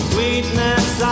Sweetness